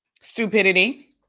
Stupidity